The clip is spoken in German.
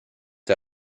der